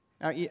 Now